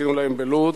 חיכינו להם בלוד,